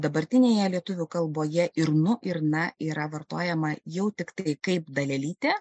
dabartinėje lietuvių kalboje ir nu ir na yra vartojama jau tiktai kaip dalelytė